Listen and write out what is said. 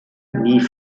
nie